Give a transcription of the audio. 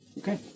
Okay